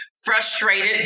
frustrated